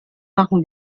machen